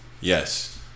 Yes